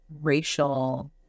racial